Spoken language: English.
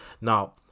now